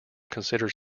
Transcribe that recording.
considered